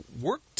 work